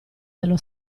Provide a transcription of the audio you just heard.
dello